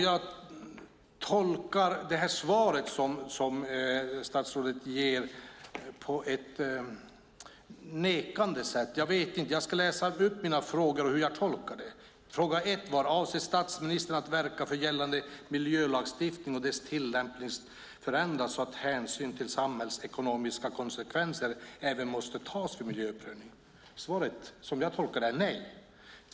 Jag tolkar statsrådets interpellationssvar som nekande. Jag ska läsa upp mina frågor och hur jag tolkar svaren. Fråga 1: "Avser statsministern att verka för att gällande miljölagstiftning och dess tillämpning förändras så att hänsyn till samhällsekonomiska konsekvenser även måste tas vid miljöprövningar?" Svaret tolkar jag som ett nej.